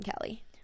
Kelly